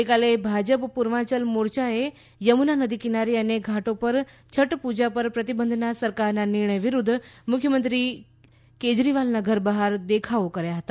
ગઇકાલે ભાજપ પૂર્વાચલ મોરચાએ યમુના નદી કિનારે અને ઘાટો પર છઠ પુજા પર પ્રતિબંધના સરકારના નિર્ણય વિરૂદ્ધ મુખ્યમંત્રી કેજરીવાલના ઘર બહાર દેખાવો કર્યા હતા